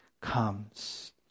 comes